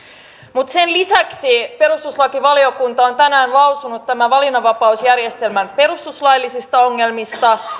mutta sen lisäksi perustuslakivaliokunta on tänään lausunut tämän valinnanvapausjärjestelmän perustuslaillisista ongelmista